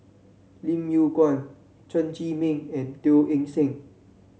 Lim Yew Kuan Chen Zhiming and Teo Eng Seng